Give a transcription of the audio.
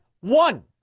one